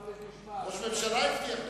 ראש ממשלה הבטיח לך.